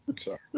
Sorry